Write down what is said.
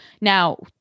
now